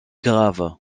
grave